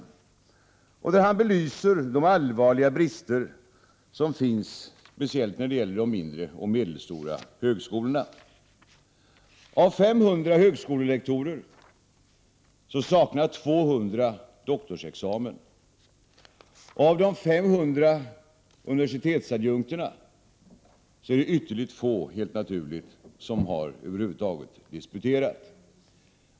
I denna utredning belyser han de allvarliga brister som finns, speciellt när det gäller de mindre och medelstora högskolorna. Av 500 högskolelektorer saknar 200 doktorsexamen. Av de 500 universitetsadjunkterna är det, helt naturligt, ytterligt få som över huvud taget har disputerat.